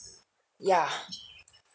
yeah